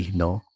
no